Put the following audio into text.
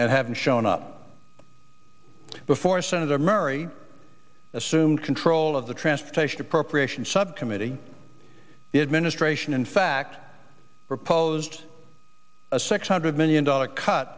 and haven't shown up before senator murray assumed control of the transportation appropriations subcommittee the administration in fact proposed a six hundred million dollars cut